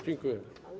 Dziękuję.